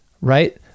Right